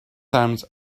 times